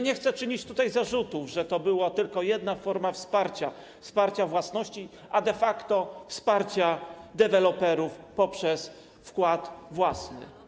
Nie chcę czynić tutaj zarzutów, że to była tylko jedna forma wsparcia, wsparcia własności, a de facto wsparcia deweloperów poprzez wkład własny.